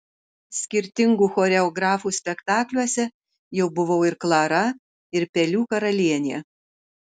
skirtingų choreografų spektakliuose jau buvau ir klara ir pelių karalienė